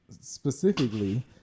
specifically